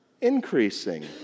increasing